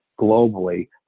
globally